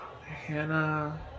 Hannah